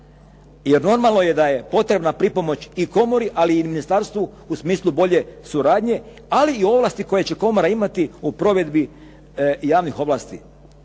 Jer normalno je da je potrebna pripomoć i komori ali i ministarstvu u smislu bolje suradnje ali i ovlasti koje će komora imati u provedbi javnih ovlasti.